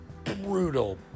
brutal